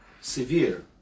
severe